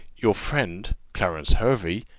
your friend, clarence hervey,